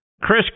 Chris